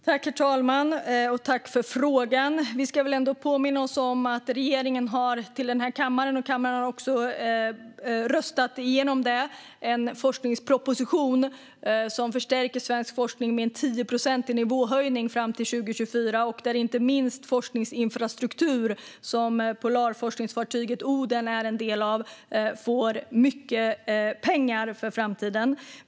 Herr talman! Jag tackar för frågan. Vi ska väl ändå påminna oss att regeringen har lagt fram i den här kammaren, som också har röstat igenom den, en forskningsproposition som förstärker svensk forskning med en 10-procentig nivåhöjning fram till 2024. Där får inte minst forskningsinfrastruktur, som polarforskningsfartyget Oden är en del av, mycket pengar för framtiden.